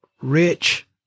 rich